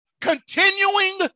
continuing